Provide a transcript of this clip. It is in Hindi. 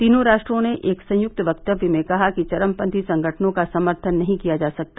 तीनों राष्ट्रों ने एक संयुक्त वक्तव्य में कहा कि चरमपथी संगठनों का समर्थन नहीं किया जा सकता